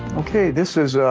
okay, this is, ah,